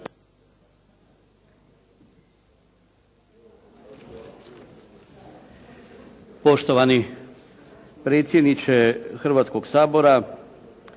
potpredsjedniče Hrvatskog sabora,